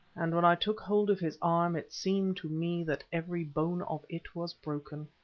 and, when i took hold of his arm, it seemed to me that every bone of it was broken.